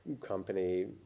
company